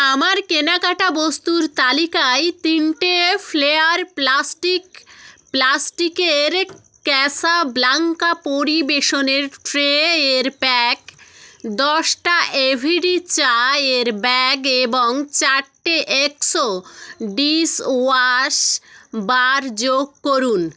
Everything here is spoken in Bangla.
আমার কেনাকাটা বস্তুর তালিকায় তিনটে ফ্লেয়ার প্লাস্টিক প্লাস্টিকের ক্যাসাব্লাঙ্কা পরিবেশনের ট্রে এর প্যাক দশটা এভিডি চা এর ব্যাগ এবং চারটে এক্সো ডিশওয়াশ বার যোগ করুন